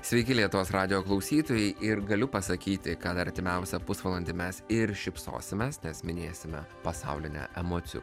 sveiki lietuvos radijo klausytojai ir galiu pasakyti kad artimiausią pusvalandį mes ir šypsosimės nes minėsime pasaulinę emocijų